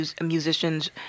musicians